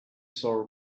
saw